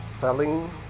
selling